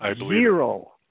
Zero